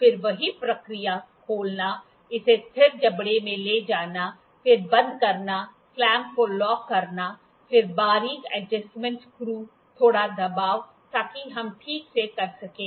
फिर वही प्रक्रिया खोलना इसे स्थिर जबड़े में ले जाना फिर बंद करना क्लैंप को लॉक करना फिर बारिक अड्जसमेंट स्करू थोड़ा दबाव ताकि हम ठीक से कर सकें